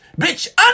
bitch